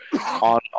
on